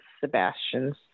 Sebastian's